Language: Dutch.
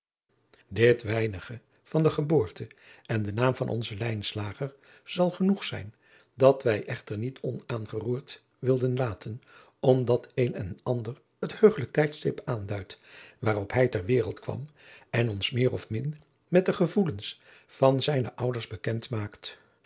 dit weinige van de geboorte en den naam van onzen lijnslager zal genoeg zijn dat wij echter niet onaangeroerd wilden laten omdat een en ander het heugelijk tijdstip aanduidt waarop hij ter wereld kwam en ons meer of min met de gevoelens van zijne ouders bekend maakt